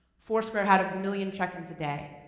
foursquare had a million check-ins a day.